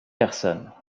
personnes